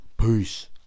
Peace